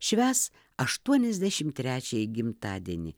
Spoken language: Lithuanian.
švęs aštuoniasdešimt trečiąjį gimtadienį